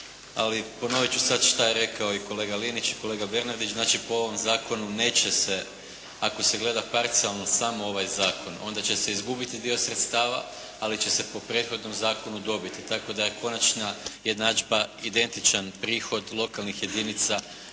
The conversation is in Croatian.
ali ponovit ću sad što je rekao i kolega Linić i kolega Bernardić. Znači po ovom zakonu neće se, ako se gleda parcijalno samo ovaj zakon, onda će se izgubiti dio sredstava, ali će se po prethodnom zakonu dobiti. Tako da je konačna jednadžba identičan prihod lokalnih jedinica